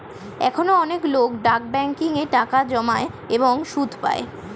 এখনো অনেক লোক ডাক ব্যাংকিং এ টাকা জমায় এবং সুদ পায়